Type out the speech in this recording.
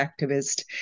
activist